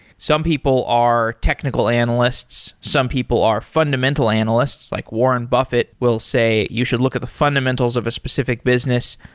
some people are technical analysts. some people are fundamental analysts, like warren buffett will say, you should look at the fundamentals of a specific business.